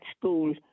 school